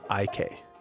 IK